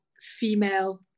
female